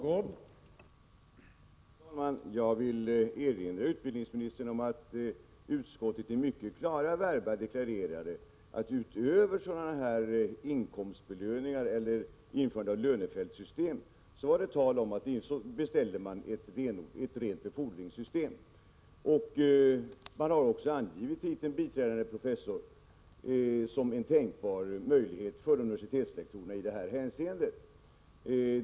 Herr talman! Jag vill erinra utbildningsministern om att utskottet i mycket klara verba deklarerade att utöver inkomstbelöningar, alltså införande av ett lönefältssystem, beställdes ett rent befordringssystem. Man angav också titeln biträdande professor som en tänkbar titel att ge en universitetslektor i detta hänseende.